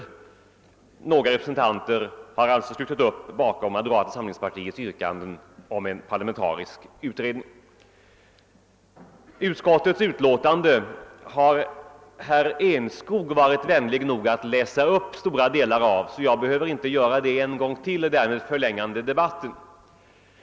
Några av dess representanter har slutit upp bakom moderata samlingspartiets yrkanden om en parlamentarisk utredning. Herr Enskog var vänlig nog att läsa upp stora delar av utskottets utlåtande, varför jag inte behöver förlänga debatten med att själv göra detta.